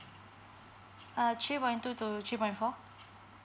err three point two to three point four